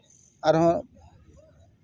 ᱟᱨᱦᱚᱸ